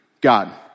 God